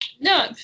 no